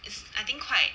is I think quite